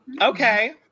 Okay